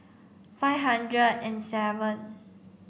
five hundred and seven